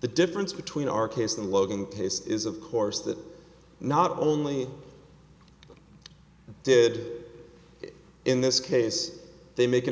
the difference between our case and logan case is of course that not only did in this case they make an